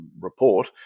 report